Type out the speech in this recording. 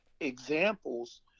examples